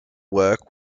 work